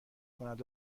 کند